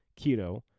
keto